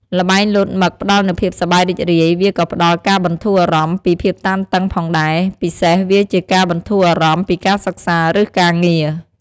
ល្បែងលោតមឹកផ្ដល់នូវភាពសប្បាយរីករាយ វាក៏ផ្ដល់ការបន្ធូរអារម្មណ៍ពីភាពតានតឹងផងដែរ ពិសេសវាជាការបន្ធូរអារម្មណ៍ពីការសិក្សា ឬការងារ។